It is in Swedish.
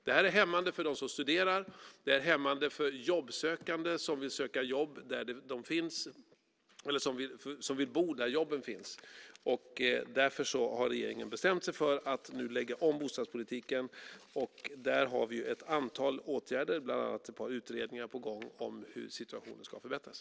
Det är hämmande för dem som studerar. Det är hämmande för jobbsökande som vill bo där jobben finns. Därför har regeringen bestämt sig för att nu lägga om bostadspolitiken. Där finns ett antal åtgärder, bland annat ett par utredningar, på gång för att situationen ska förbättras.